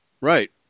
Right